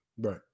Right